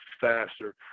faster